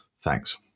Thanks